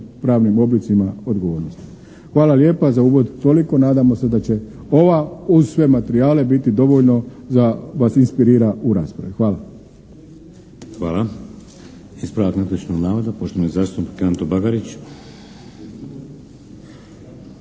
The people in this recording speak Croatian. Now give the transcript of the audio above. kaznenopravnim oblicima odgovornosti. Hvala lijepa. Za uvod toliko, nadamo se da će ova uz sve materijale biti dovoljno da vas inspirira u raspravi. Hvala. **Šeks, Vladimir (HDZ)** Hvala. Ispravak netočnog navoda, poštovani zastupnik Anto Bagarić.